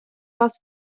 вас